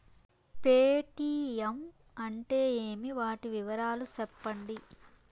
Paytm అంటే ఏమి, వాటి వివరాలు సెప్పండి?